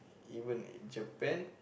even Japan